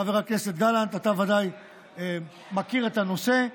חבר הכנסת גלנט, אתה ודאי מכיר את הנושא.